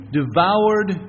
devoured